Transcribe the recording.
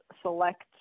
select